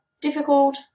difficult